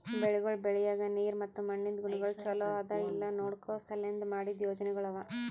ಬೆಳಿಗೊಳ್ ಬೆಳಿಯಾಗ್ ನೀರ್ ಮತ್ತ ಮಣ್ಣಿಂದ್ ಗುಣಗೊಳ್ ಛಲೋ ಅದಾ ಇಲ್ಲಾ ನೋಡ್ಕೋ ಸಲೆಂದ್ ಮಾಡಿದ್ದ ಯೋಜನೆಗೊಳ್ ಅವಾ